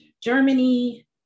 Germany